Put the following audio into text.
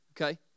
Okay